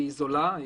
זולה,